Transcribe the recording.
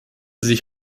sich